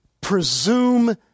presume